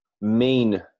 main